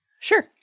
Sure